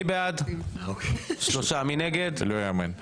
לא ייאמן.